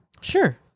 Sure